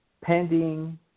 pending